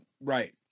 Right